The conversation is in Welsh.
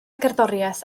gerddoriaeth